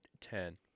ten